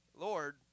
Lord